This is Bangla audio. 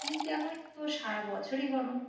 কিন্তু এখন তো সারা বছরই গরম